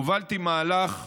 הובלתי מהלך,